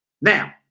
Now